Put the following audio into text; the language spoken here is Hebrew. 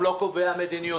הם לא קובעי המדיניות.